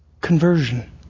conversion